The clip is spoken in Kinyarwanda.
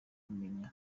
kumenya